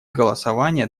голосования